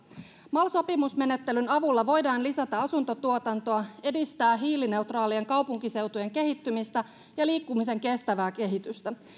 mal sopimusmenettelyn avulla voidaan lisätä asuntotuotantoa edistää hiilineutraalien kaupunkiseutujen kehittymistä ja liikkumisen kestävää kehitystä